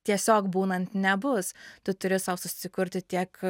tiesiog būnant nebus tu turi sau susikurti tiek